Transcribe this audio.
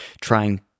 trying